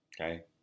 okay